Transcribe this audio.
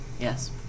Yes